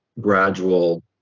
gradual